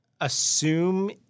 assume